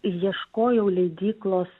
ieškojau leidyklos